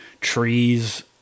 trees